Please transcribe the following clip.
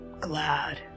glad